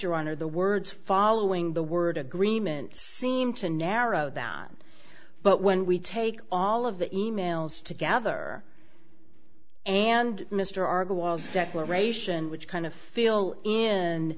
your honor the words following the word agreement seem to narrow down but when we take all of the e mails together and mr argo was declaration which kind of feel and